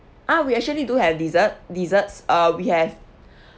ah we actually do have dessert desserts uh we have